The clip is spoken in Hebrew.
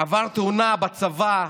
עבר תאונה בצבא,